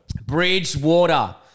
Bridgewater